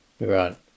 right